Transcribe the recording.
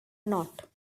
not